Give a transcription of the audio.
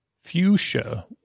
Fuchsia